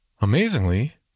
Amazingly